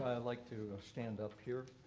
like to stand up here.